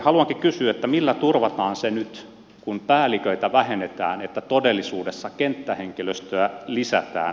haluankin kysyä millä turvataan se nyt kun päälliköitä vähennetään että todellisuudessa kenttähenkilöstöä lisätään